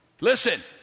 Listen